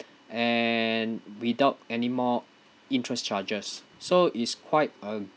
and without anymore interest charges so it's quite a